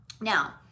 now